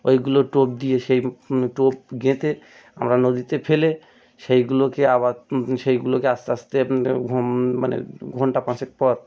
ওইগুলো টোপ দিয়ে সেই টোপ গেঁথে আমরা নদীতে ফেলে সেইগুলোকে আবার সেইগুলোকে আস্তে আস্তে মানে ঘণ্টা পাঁচেক পর